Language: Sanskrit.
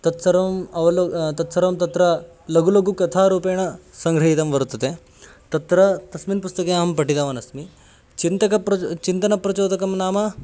तत्सर्वम् अवलोक्यते तत्सर्वं तत्र लघु लघु कथारूपेण सङ्गृहीतं वर्तते तत्र तस्मिन् पुस्तके अहं पठितवानस्मि चिन्तकप्रच् चिन्तनप्रचोदकं नाम